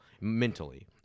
mentally